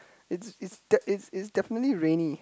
it's it's that it's it's definitely rainy